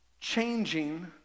changing